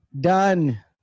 done